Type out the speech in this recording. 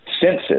senses